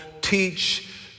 Teach